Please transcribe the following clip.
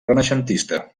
renaixentista